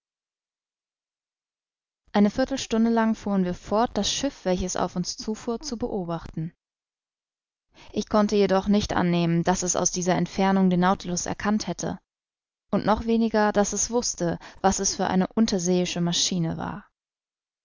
eine viertelstunde lang fuhren wir fort das schiff welches auf uns zufuhr zu beobachten ich konnte jedoch nicht annehmen daß es aus dieser entfernung den nautilus erkannt hätte und noch weniger daß es wußte was es für eine unterseeische maschine war